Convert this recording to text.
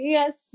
Yes